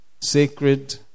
sacred